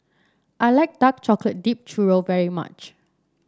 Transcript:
I like Dark Chocolate Dipped Churro very much